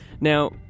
Now